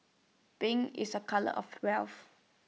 pink is A colour of wealth